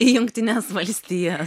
į jungtines valstija